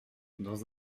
dans